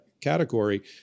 category